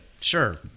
Sure